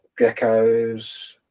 geckos